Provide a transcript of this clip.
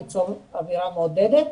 ליצור אוירה מעודדת.